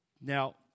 Now